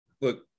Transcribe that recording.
look